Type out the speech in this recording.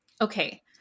Okay